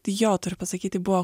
jo turiu pasakyti buvo